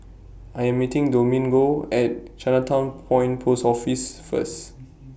I Am meeting Domingo At Chinatown Point Post Office First